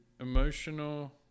emotional